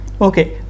Okay